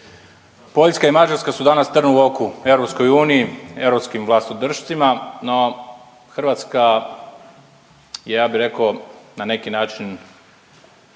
Poljska i Mađarska u danas trn u oku EU, europskim vlastodršcima no Hrvatska ja bi rekao na neki način